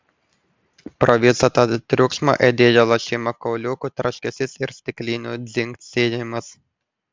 pro visą tą triukšmą aidėjo lošimo kauliukų tarškesys ir stiklinių dzingsėjimas